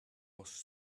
was